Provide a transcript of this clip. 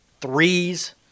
threes